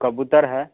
कबूतर है